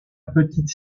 petite